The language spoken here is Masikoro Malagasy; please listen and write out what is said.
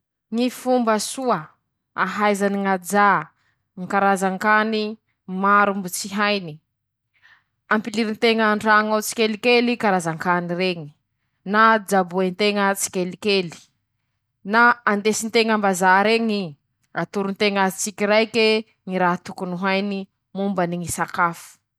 Afaky mampiasa teknolojy ñ'olo, hañatsarà na hañasoavany ñy fahaizany miketrike, ñ'antony :añatiny raha reñy ao misy toromariky maromaro aminy ñy fiketreha, añatiny raha rey ao koa, misy fampianara miketrike, rozy ao mañatoro an-teña hoe "atao anizao ñy fiketreha anitoy, atao anizao ñy fiketreha anitoy ";tsy misy maharaty anizay lafa hain-teña ñy mampiasa azy.